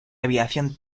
aviación